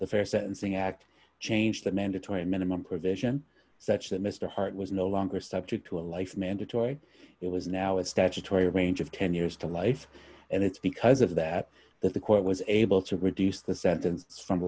the fair sentencing act changed the mandatory minimum provision such that mr hart was no longer subject to a life mandatory it was now a statutory range of ten years to life and it's because of that that the court was able to reduce the sentence